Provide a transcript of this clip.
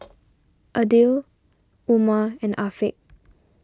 Aidil Umar and Afiq